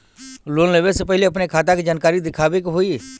Loan लेवे से पहिले अपने खाता के जानकारी दिखावे के होई?